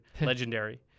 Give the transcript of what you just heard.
Legendary